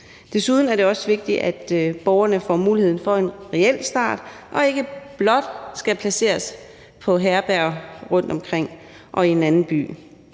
Desuden er det også vigtigt, at borgerne får mulighed for en reel ny start og ikke blot placeres på herberger rundtomkring og i en anden by.